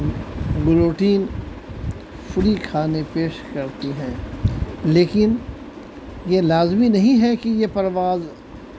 guillotine free کھانے پیش کرتی ہیں لیکن یہ لازمی نہیں ہے کہ یہ پرواز